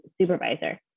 supervisor